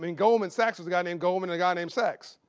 i mean goldman sachs was a guy named goldman and a guy named sachs.